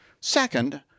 Second